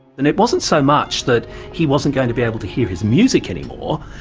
and it wasn't so much that he wasn't going to be able to hear his music anymore,